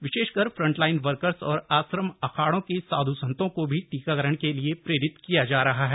विशेषकर frontline workers और आश्रम अखाड़ों के साध् संतों को भी टीकाकरण के लिए प्रेरित किया जा रहा है